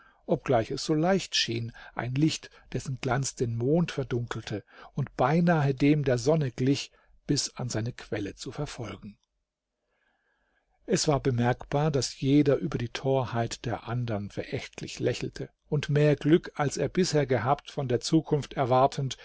obgleich es so leicht schien ein licht dessen glanz den mond verdunkelte und beinahe dem der sonne glich bis an seine quelle zu verfolgen es war bemerkbar daß jeder über die torheit der andern verächtlich lächelte und mehr glück als er bisher gehabt von der zukunft erwartend